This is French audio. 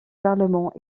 parlement